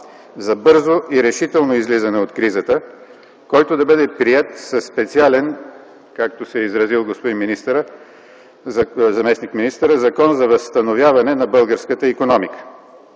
за бързо и решително излизане от кризата, който да бъде приет със специален, както се е изразил господин заместник–министърът, закон за възстановяване на българската икономика.